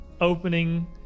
opening